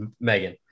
Megan